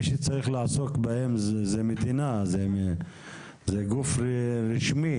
מי שצריך לעסוק בהם זה מדינה, זה גוף רשמי.